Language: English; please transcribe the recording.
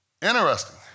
Interesting